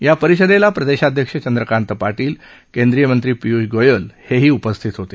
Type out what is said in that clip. या परिषदेला प्रदेशाध्यक्ष चंद्रकांत पाटील केंद्रीय मंत्री पिय्ष गोयल हेही उपस्थित होते